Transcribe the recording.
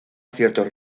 ciertos